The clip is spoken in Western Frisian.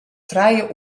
trije